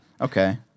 Okay